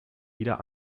wieder